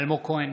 אלמוג כהן,